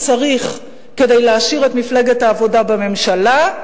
כדי להשאיר את מפלגת העבודה בממשלה,